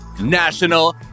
National